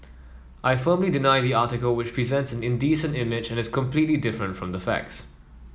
I firmly deny the article which presents an indecent image and is completely different from the facts